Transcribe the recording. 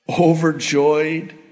overjoyed